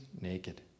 naked